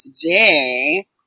today